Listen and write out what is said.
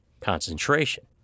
concentration